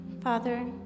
Father